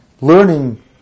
learning